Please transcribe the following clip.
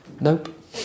nope